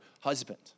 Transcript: husband